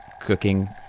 cooking